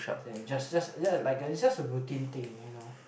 ya just just just like a it's just a routine thing you know